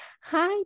Hi